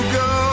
go